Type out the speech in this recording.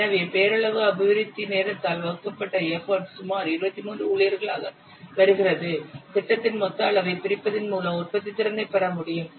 எனவே பெயரளவு அபிவிருத்தி நேரத்தால் வகுக்கப்பட்ட எப்போட் சுமார் 23 ஊழியர்களாக வருகிறது திட்டத்தின் மொத்த அளவை பிரிப்பதன் மூலம் உற்பத்தித்திறனைப் பெற முடியும்